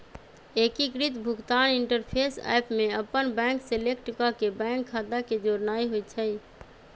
एकीकृत भुगतान interface app में अप्पन बैंक सेलेक्ट क के बैंक खता के जोड़नाइ होइ छइ